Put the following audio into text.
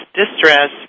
distress